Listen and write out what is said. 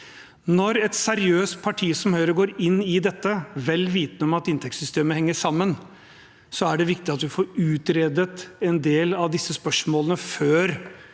Når et seriøst parti som Høyre går inn i dette, vel vitende om at inntektssystemet henger sammen, er det viktig at vi får utredet en del av disse spørsmålene før